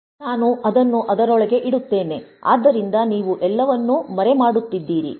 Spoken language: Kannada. ನಾನು ಅದನ್ನು ಅದರೊಳಗೆ ಇಡುತ್ತೇನೆ ಆದ್ದರಿಂದ ನೀವು ಎಲ್ಲವನ್ನೂ ಮರೆಮಾಡುತ್ತಿದ್ದೀರಿ